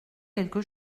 quelque